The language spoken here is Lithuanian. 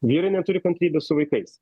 vyrai neturi kantrybės su vaikais